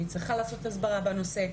היא צריכה לעשות הסברה בנושא.